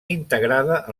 integrada